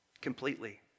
completely